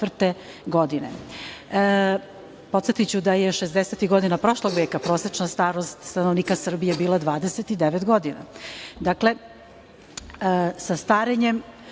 godine. Podsetiću da je 60-ih godina prošlog veka prosečna starost stanovnika Srbije bila 29 godina. Dakle, sa starenjem